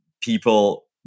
people